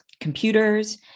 computers